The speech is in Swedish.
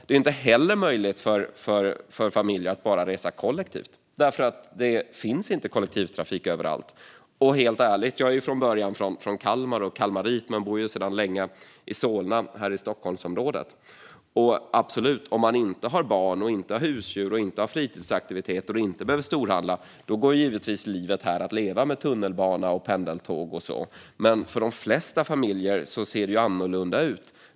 Det är inte heller möjligt för en familj att bara resa kollektivt. Det finns inte kollektivtrafik överallt. Helt ärligt: Jag är från början från Kalmar och kalmarit men bor sedan länge i Solna här i Stockholmsområdet. Absolut: Om man inte har barn, inte har husdjur, inte har fritidsaktiviteter och inte behöver storhandla går givetvis livet här att leva med tunnelbana, pendeltåg och så vidare. Men för de flesta familjer ser det annorlunda ut.